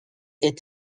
est